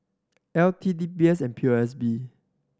L T D B S and P O S B